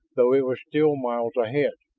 though it was still miles ahead.